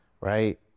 right